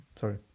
sorry